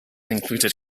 included